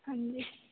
हाँ जी